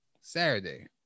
Saturday